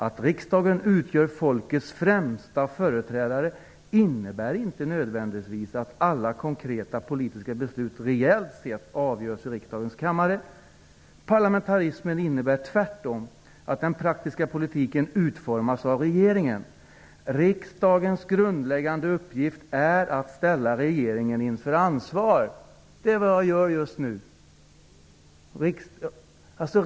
Att riksdagen utgör folkets främsta företrädare innebär inte nödvändigtvis att alla konkreta politiska beslut reellt sett avgörs i riksdagens kammare. Parlamentarismen innebär tvärtom att den praktiska politiken utformas av regeringen. Riksdagens grundläggande uppgift är att ställa regeringen inför ansvar. Det är vad jag gör just nu.